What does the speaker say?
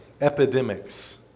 epidemics